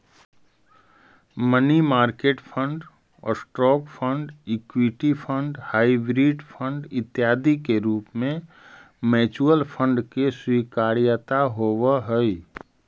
money market fund, stock fund, equity fund, hybrid fund इत्यादि के रूप में म्यूचुअल फंड के स्वीकार्यता होवऽ हई